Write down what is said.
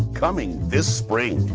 coming this spring.